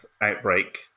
outbreak